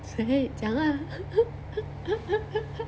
谁讲 lah